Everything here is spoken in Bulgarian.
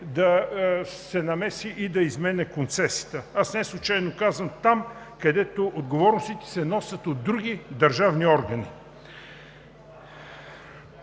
да се намеси и да изменя концесията. Аз неслучайно казвам: там, където отговорностите се носят от други държавни органи.